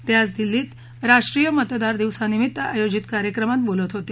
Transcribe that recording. ते आज दिल्लीत राष्ट्रीय मतदार दिवसानिमित्त आयोजित कार्यक्रमात बोलत होते